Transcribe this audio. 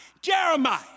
jeremiah